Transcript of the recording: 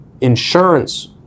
insurance